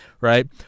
right